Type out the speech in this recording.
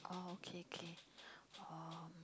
oh okay okay um